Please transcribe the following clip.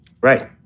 Right